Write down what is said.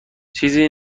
چیزی